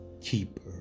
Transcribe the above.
Keeper